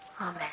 Amen